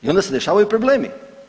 I onda se dešavaju problemi.